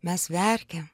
mes verkiam